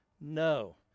No